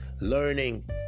learning